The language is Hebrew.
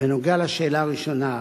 בנוגע לשאלה הראשונה,